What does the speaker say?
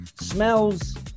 Smells